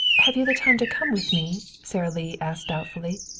have you the time to come with me? sara lee asked doubtfully.